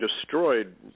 destroyed